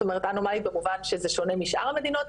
זאת אומרת אנומלית במובן שזה שונה משאר המדינות,